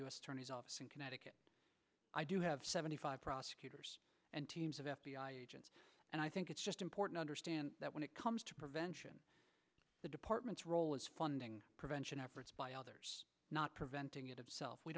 attorney's office in connecticut i do have seventy five prosecutors and teams of f b i agents and i think it's just important understand that when it comes to prevention the department's role is funding prevention efforts by others not preventing it of self we